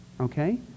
okay